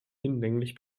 hinlänglich